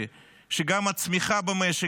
כמו שהציג את זה גלעד קריב,